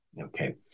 okay